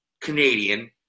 Canadian